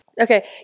okay